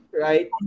Right